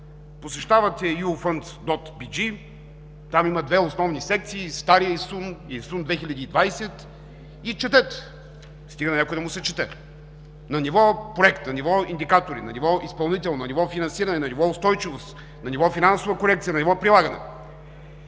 Посещавате eufunds@bg, там има две основни секции: ИСУН и ИСУН 2020, и четете, стига на някой да му се чете – на ниво проект, на ниво индикатори, на ниво изпълнител, на ниво финансиране, на ниво устойчивост, на ниво финансова корекция, на ниво прилагане.